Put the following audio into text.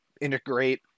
integrate